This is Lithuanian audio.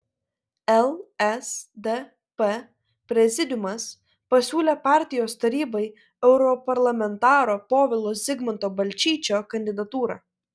lsdp prezidiumas pasiūlė partijos tarybai europarlamentaro povilo zigmanto balčyčio kandidatūrą